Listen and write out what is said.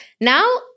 Now